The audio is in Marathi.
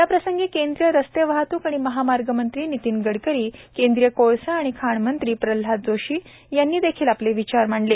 याप्रसंगी केंद्रीय रस्ते वाहतूक आणि महामार्ग मंत्री नितीन गडकरीकेंद्रीय कोळसा आणि खाण मंत्री प्रल्हाद जोशी यांनी देखील आपले विचार मांडले